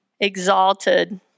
exalted